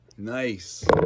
Nice